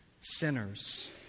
sinners